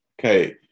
okay